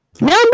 Number